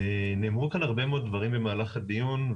נאמרו כאן הרבה מאוד דברים במהלך הדיון.